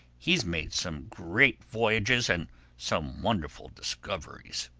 he's made some great voyages and some wonderful discoveries.